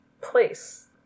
place